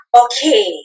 okay